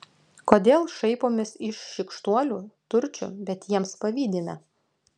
kodėl šaipomės iš šykštuolių turčių bet jiems pavydime